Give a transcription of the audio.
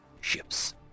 ships